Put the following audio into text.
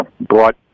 brought